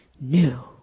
new